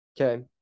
Okay